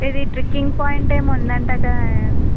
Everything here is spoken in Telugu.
ఇది ట్రెక్కింగ్ పాయింట్ ఏమో ఉంది అంట కదండి